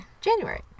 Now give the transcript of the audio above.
January